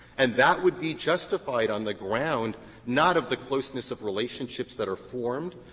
and that would be justified on the ground not of the closeness of relationships that are formed,